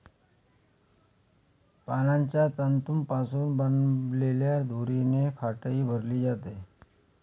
पानांच्या तंतूंपासून बनवलेल्या दोरीने खाटही भरली जाते